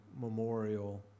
memorial